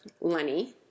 Lenny